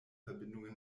verbindungen